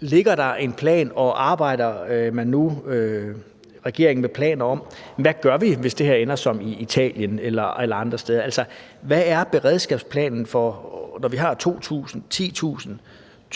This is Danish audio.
ligger en plan, og om regeringen nu arbejder med planer om, hvad vi gør, hvis det her ender som i Italien eller andre steder. Hvad er beredskabsplanen for, når vi har måske